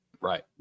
Right